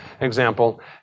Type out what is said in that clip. example